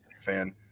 fan